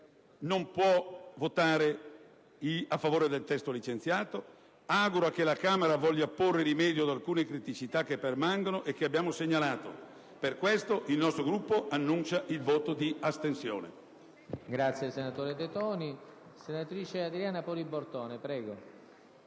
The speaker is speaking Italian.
non può votare a favore del testo licenziato. Ci si augura che la Camera voglia porre rimedio ad alcune criticità che permangono e che abbiamo segnalato. Per tali motivi, il nostro Gruppo annuncia il voto di astensione.